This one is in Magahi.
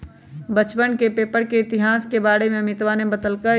बच्चवन के पेपर के इतिहास के बारे में अमितवा ने बतल कई